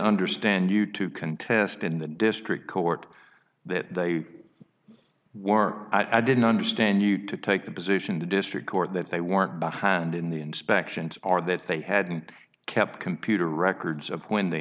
understand you to contest in the district court that they were i didn't understand you to take the position the district court that they weren't behind in the inspections are that they hadn't kept computer records of when they